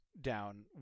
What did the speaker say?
down